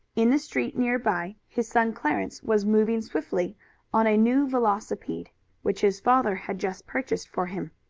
in the street near by, his son clarence was moving swiftly on a new velocipede which his father had just purchased for him.